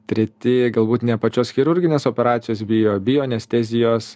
treti galbūt ne pačios chirurginės operacijos bijo o bijo anestezijos